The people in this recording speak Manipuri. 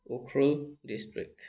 ꯎꯈ꯭ꯔꯨꯜ ꯗꯤꯁꯇ꯭ꯔꯤꯛ